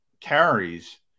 carries